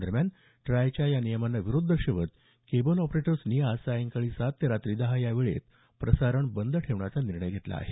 दरम्यान ट्रायच्या या नियमांना विरोध दर्शवत केबल ऑपरेटर्सनी आज सायंकाळी सात ते रात्री दहा या वेळेत प्रसारण बंद ठेवण्याचा निर्णय घेतला आहे